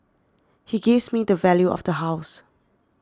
he gives me the value of the house